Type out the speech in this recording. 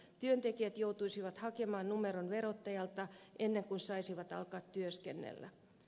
työntekijät joutuisivat hakemaan numeron verottajalta ennen kuin saisivat alkaa työskennellä